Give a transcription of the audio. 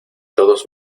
todos